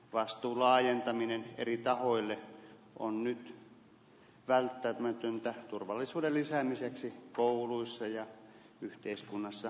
vastuu laajentaminen eri tahoille on nyt välttämätöntä turvallisuuden lisäämiseksi kouluissa ja yhteiskunnassa